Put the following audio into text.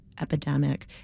epidemic